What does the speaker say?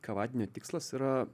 kavadienio tikslas yra